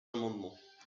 amendements